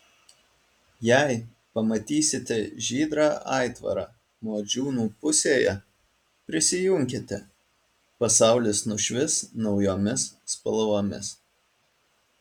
jei pamatysite žydrą aitvarą modžiūnų pusėje prisijunkite pasaulis nušvis naujomis spalvomis